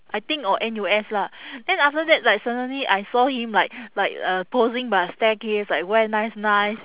I think or N_U_S lah then after that like suddenly I saw him like like uh posing by a staircase like wear nice nice